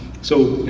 so,